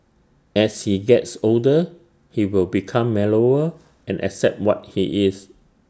as he gets older he will become mellower and accept what he is